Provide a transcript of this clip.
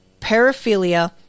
paraphilia